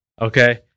okay